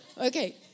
Okay